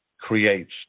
Creates